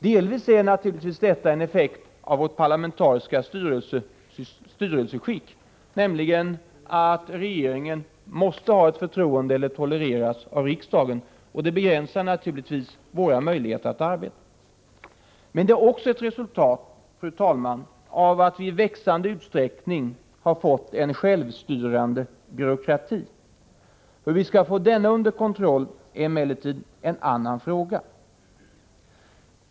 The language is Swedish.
Delvis är detta naturligtvis en effekt av vårt parlamentariska styrelseskick, innebärande att regeringen måste ha riksdagens förtroende eller tolereras av riksdagen. Detta begränsar naturligtvis våra möjligheter att arbeta. Men det är också ett resultat, fru talman, av att vi i växande utsträckning fått en självstyrande byråkrati. Hur vi kan få kontroll över den är emellertid en annan fråga.